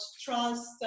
trust